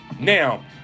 Now